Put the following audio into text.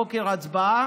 03:00 הצבעה,